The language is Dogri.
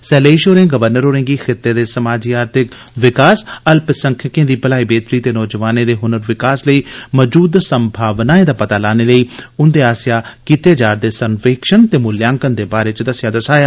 सैलेश होरें गवर्नर होरें गी खित्ते दे समाजी आर्थिक विकास अल्पसंख्यकें दी भलाई बेहतरी ते नोजवानें दे हनर विकास लेई मजूद संभावनाएं दा पता लाने लेई उन्दे आसेया कीते जा रदे सर्वेक्षण ते मूलांकन दे बारै च दस्सेया दसाया